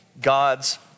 God's